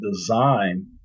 design